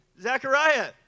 Zechariah